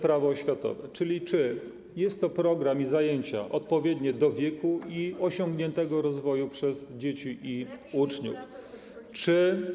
Prawo oświatowe, czy jest to program i czy to są zajęcia odpowiednie do wieku i osiągniętego rozwoju przez dzieci i uczniów, czy.